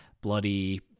bloody